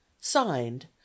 signed